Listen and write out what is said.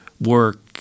work